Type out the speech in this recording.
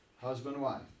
husband-wife